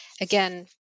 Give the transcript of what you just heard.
Again